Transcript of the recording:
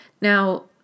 Now